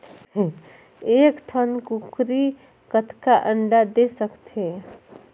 एक ठन कूकरी कतका अंडा दे सकथे?